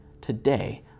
today